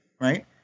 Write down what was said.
right